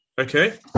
okay